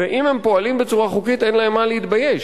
ואם הם פועלים בצורה חוקית אין להם מה להתבייש.